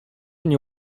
nie